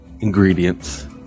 Ingredients